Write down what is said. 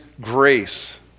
grace